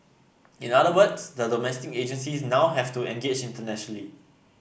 in other words the domestic agencies now have to engage internationally